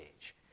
age